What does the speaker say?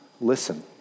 Listen